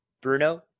Bruno